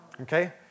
okay